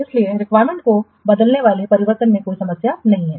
इसलिए रिक्वायरमेंट्स को बदलने वाले परिवर्तन में कोई समस्या नहीं है